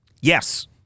Yes